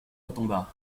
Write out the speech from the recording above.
retomba